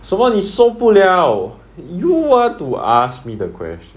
什么你受不了 you want to ask me the question